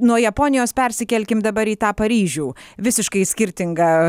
nuo japonijos persikelkim dabar į tą paryžių visiškai skirtingą